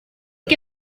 que